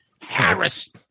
Harris